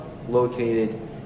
located